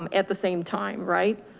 um at the same time, right?